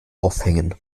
aufhängen